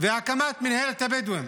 והקמת מינהלת הבדואים,